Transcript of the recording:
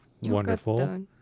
wonderful